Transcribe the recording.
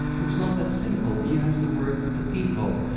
it's not that simple, and you have to work with the people.